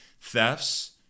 thefts